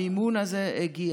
המימון הזה הגיע.